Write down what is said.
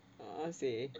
a'ah seh